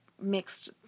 mixed